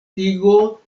tigo